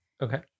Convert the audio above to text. Okay